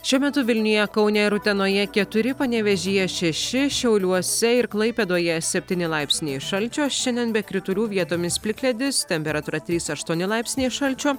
šiuo metu vilniuje kaune ir utenoje keturi panevėžyje šeši šiauliuose ir klaipėdoje septyni laipsniai šalčio šiandien be kritulių vietomis plikledis temperatūra trys aštuoni laipsniai šalčio